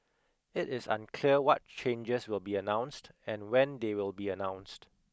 it is unclear what changes will be announced and when they will be announced